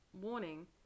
Warning